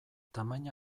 tamaina